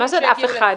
מה זה אף אחד?